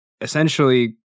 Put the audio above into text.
essentially